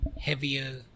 heavier